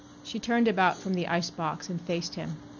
she turned about from the ice-box and faced him.